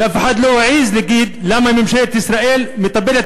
ואף אחד לא העז להגיד: למה ממשלת ישראל מטפלת